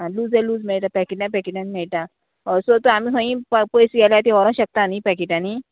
आं लूज जय लूज मेळटा पॅकेटान पॅकेटान मेळटा सो तूं आमी खंयी पयस गेल्यार ती व्होरो शकता न्ही पॅकेटांनी